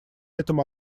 этом